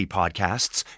podcasts